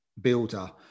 builder